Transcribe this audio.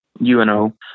UNO